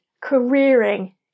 careering